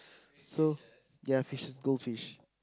so ya fishes goldfish